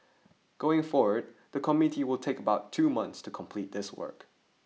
going forward the committee will take about two months to complete this work